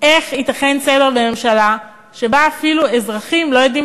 איך ייתכן סדר בממשלה שאזרחים אפילו לא יודעים